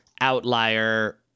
outlier